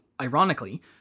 ironically